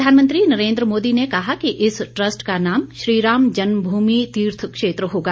प्रधानमंत्री नरेन्द्र मोदी ने कहा कि इस द्रस्ट का नाम श्रीराम जन्म भूमि तीर्थ क्षेत्र होगा